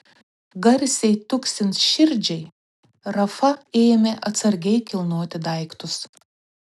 garsiai tuksint širdžiai rafa ėmė atsargiai kilnoti daiktus